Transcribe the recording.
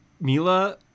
Mila